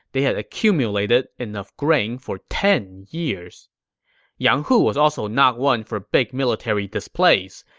they had accumulated enough grain for ten years yang hu was also not one for big military displays.